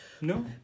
no